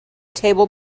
table